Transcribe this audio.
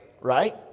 Right